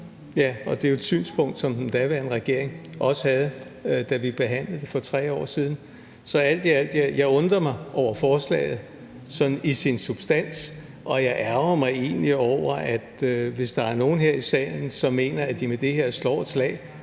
Og det er jo et synspunkt, som den daværende regering også havde, da vi behandlede det for 3 år siden. Så alt i alt undrer jeg mig over forslaget i dets substans. Og jeg ærgrer mig egentlig over, hvis der er nogle her i salen, som mener, at de med det her slår et slag